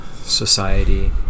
society